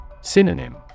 Synonym